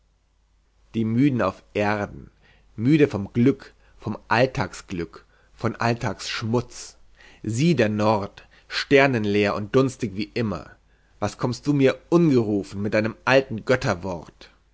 die müden auf erden müde von glück von alltagsglück von alltagsschmutz sieh der nord sternenleer und dunstig wie immer was kommst du mir ungerufen mit deinem alten